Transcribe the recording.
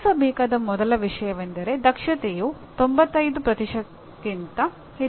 ಪೂರೈಸಬೇಕಾದ ಮೊದಲ ವಿಷಯವೆಂದರೆ ದಕ್ಷತೆಯು 95ಕ್ಕಿಂತ ಹೆಚ್ಚಿರಬೇಕು